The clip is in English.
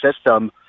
system